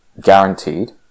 Guaranteed